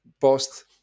post